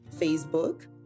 Facebook